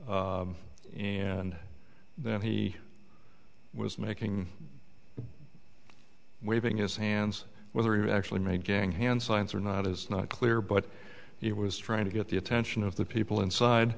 in and then he was making waving his hands whether he actually made gang hand science or not is not clear but he was trying to get the attention of the people inside